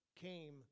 Came